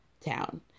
town